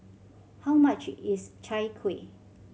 how much is Chai Kuih